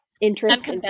interest